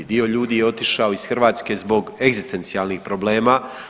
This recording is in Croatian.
Dio ljudi je otišao iz Hrvatske zbog egzistencijalnih problema.